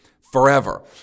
forever